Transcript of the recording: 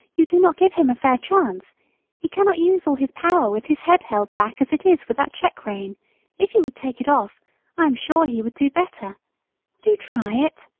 you do not give him a fair chance he cannot use all his power with his head held back as it is with that check-rein if you would take it off i am sure he would do better do try it,